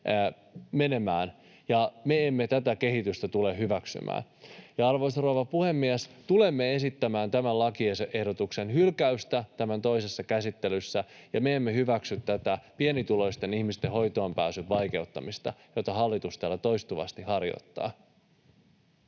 menemään, ja me emme tätä kehitystä tule hyväksymään. Arvoisa rouva puhemies! Tulemme esittämään tämän lakiehdotuksen hylkäystä tämän toisessa käsittelyssä. Me emme hyväksy tätä pienituloisten ihmisten hoitoonpääsyn vaikeuttamista, jota hallitus täällä toistuvasti harjoittaa.